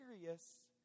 serious